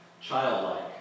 childlike